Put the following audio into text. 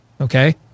Okay